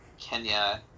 Kenya